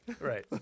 Right